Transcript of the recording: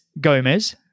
Gomez